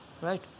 Right